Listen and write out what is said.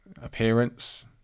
appearance